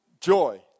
Joy